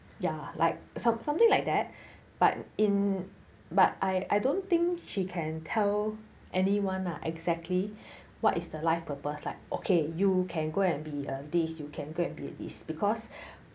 ya like some something like that but in but I I don't think she can tell anyone ah exactly what is the life purpose like okay you can go and be a this you can go and be a this because